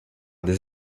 des